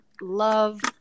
love